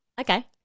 Okay